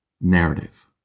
narrative